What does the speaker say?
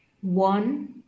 One